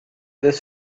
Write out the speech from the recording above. this